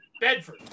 Bedford